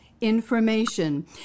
information